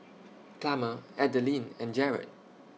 Plummer Adalynn and Jarrad